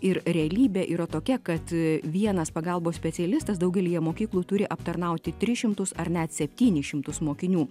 ir realybė yra tokia kad vienas pagalbos specialistas daugelyje mokyklų turi aptarnauti tris šimtus ar net septynis šimtus mokinių